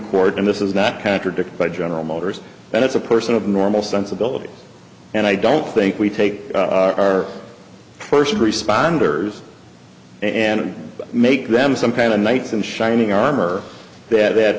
court and this is not contradicted by general motors and it's a person of normal sensibilities and i don't think we take our first responders and make them some kind of knights in shining armor